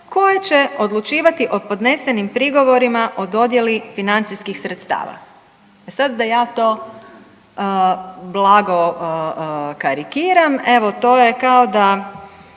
koje će odlučivati o podnesenim prigovorima o dodjeli financijskih sredstava. E sad ja to blago karikiram, evo to je kao da